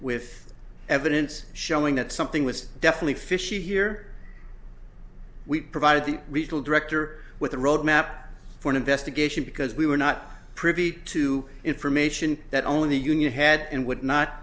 with evidence showing that something was definitely fishy here we provided the regional director with the roadmap for an investigation because we were not privy to information that only the union had and w